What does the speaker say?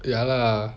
ya lah